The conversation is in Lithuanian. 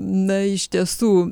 na iš tiesų